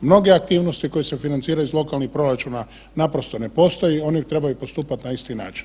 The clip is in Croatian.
Mnoge aktivnosti koje se financiraju iz lokalnih proračuna naprosto ne postoji, oni trebaju postupat na isti način.